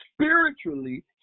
spiritually